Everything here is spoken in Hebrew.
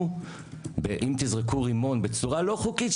אם תזרקו רימון בצורה לא חוקית,